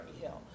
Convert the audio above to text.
Hill